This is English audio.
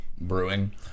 Brewing